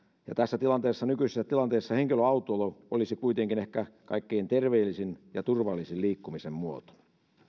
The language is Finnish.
ja tässä nykyisessä tilanteessa henkilöautoilu olisi kuitenkin ehkä kaikkein terveellisin ja turvallisin liikkumisen muoto